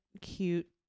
cute